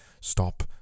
stop